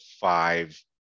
five